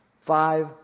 Five